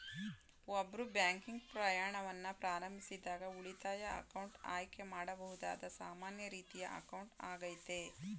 ಒಬ್ರು ಬ್ಯಾಂಕಿಂಗ್ ಪ್ರಯಾಣವನ್ನ ಪ್ರಾರಂಭಿಸಿದಾಗ ಉಳಿತಾಯ ಅಕೌಂಟ್ ಆಯ್ಕೆ ಮಾಡಬಹುದಾದ ಸಾಮಾನ್ಯ ರೀತಿಯ ಅಕೌಂಟ್ ಆಗೈತೆ